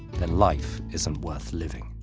then life isn't worth living.